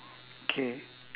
K